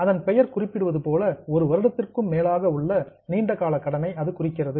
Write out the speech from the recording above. அதன் பெயர் குறிப்பிடுவதுபோல 1 வருடத்திற்கும் மேலாக உள்ள நீண்ட கால கடனை அது குறிக்கிறது